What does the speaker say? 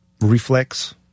reflex